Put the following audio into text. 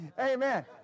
amen